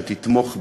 שאתה תתמוך בזה.